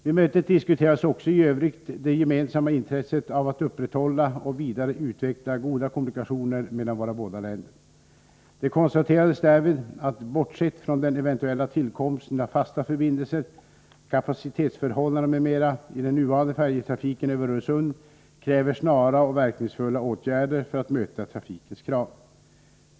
Vid mötet diskuterades också i övrigt det gemensamma intresset av att upprätthålla och vidareutveckla goda kommunikationer mellan våra båda länder. Det konstaterades därvid att, bortsett från den eventuella tillkomsten av fasta förbindelser, kapacitetsförhållanden m.m. i den nuvarande färjetrafiken över Öresund kräver snara och verkningsfulla åtgärder för att möta trafikens krav.